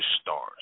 stars